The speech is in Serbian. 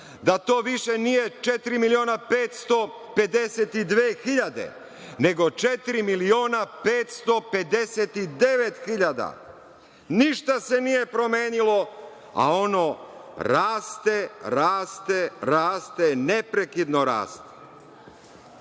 da to više nije 4 miliona 552 hiljade, nego 4 miliona 559 hiljada. Ništa se nije promenilo, a ono raste, raste, raste, neprekidno raste. Ja